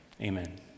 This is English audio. amen